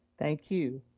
thank you.